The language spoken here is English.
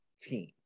team